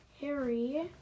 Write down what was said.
Harry